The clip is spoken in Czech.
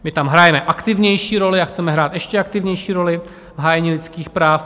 My tam hrajeme aktivnější roli a chceme hrát ještě aktivnější roli v hájení lidských práv.